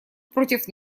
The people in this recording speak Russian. против